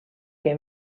que